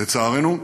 לצערנו,